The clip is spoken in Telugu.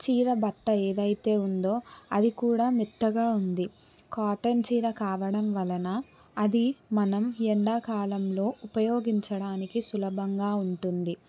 చీర బట్ట ఏదైతే ఉందో అది కూడా మెత్తగా ఉంది కాటన్ చీర కావడం వలన అది మనం ఎండాకాలంలో ఉపయోగించడానికి సులభంగా ఉంటుంది